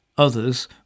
Others